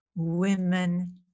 women